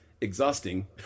exhausting